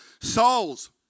souls